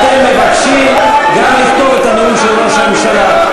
אתם מבקשים גם לכתוב את הנאום של ראש הממשלה.